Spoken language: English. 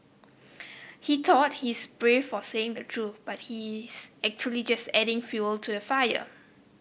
he thought he's brave for saying the truth but he's actually just adding fuel to the fire